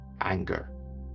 anger